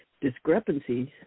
discrepancies